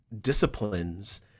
disciplines